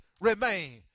remain